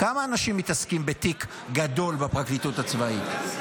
כמה אנשים מתעסקים בתיק גדול בפרקליטות הצבאית?